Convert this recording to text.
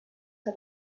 que